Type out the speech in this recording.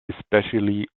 especially